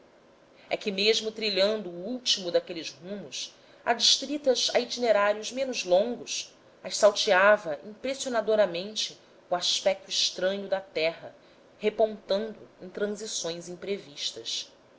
é que mesmo trilhando o último daqueles rumos adstritas a itinerário menos longo as salteava impressionadoramente o aspecto estranho da terra repontando em transições imprevistas